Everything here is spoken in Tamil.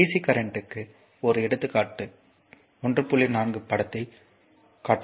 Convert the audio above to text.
இது DC கரண்ட்க்கு ஒரு எடுத்துக்காட்டு இப்போது படம் 1